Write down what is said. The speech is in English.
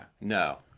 No